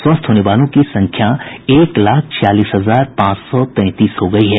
स्वस्थ होने वालों की संख्या एक लाख छियालीस हजार पांच सौ तैंतीस हो गयी है